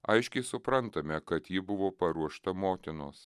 aiškiai suprantame kad ji buvo paruošta motinos